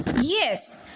yes